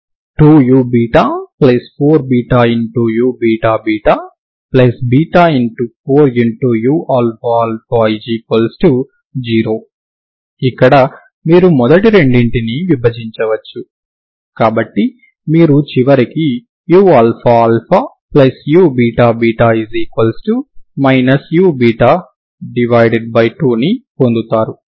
2u4βuβββ4uαα0 ఇక్కడ మీరు మొదటి రెండింటిని విభజించవచ్చు కాబట్టి మీరు చివరకు uααuββ u2 ని పొందుతారు